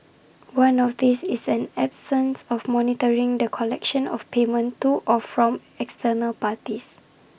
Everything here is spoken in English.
one of these is an absence of monitoring the collection of payment to or from external parties